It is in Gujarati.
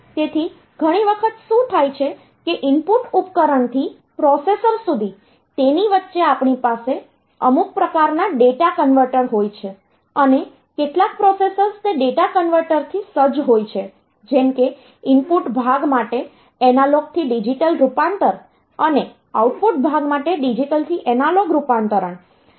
તેથી ઘણી વખત શું થાય છે કે ઇનપુટ ઉપકરણથી પ્રોસેસર સુધી તેની વચ્ચે આપણી પાસે અમુક પ્રકારના ડેટા કન્વર્ટર હોય છે અને કેટલાક પ્રોસેસર્સ તે ડેટા કન્વર્ટરથી સજ્જ હોય છે જેમ કે ઇનપુટ ભાગ માટે એનાલોગ થી ડિજિટલ રૂપાંતર અને આઉટપુટ ભાગ માટે ડિજિટલ થી એનાલોગ રૂપાંતરણ